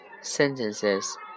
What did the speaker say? Sentences